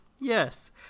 Yes